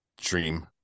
dream